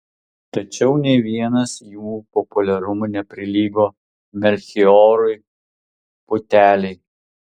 tačiau nė vienas jų populiarumu neprilygo melchijorui putelei